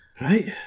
Right